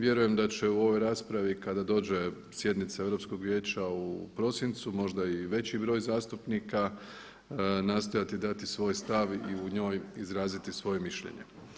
Vjerujem da će u ovoj raspravi kada dođe sjednica Europskog vijeća u prosincu možda i veći broj zastupnika nastojati dati svoj stav i u njoj izraziti svoje mišljenje.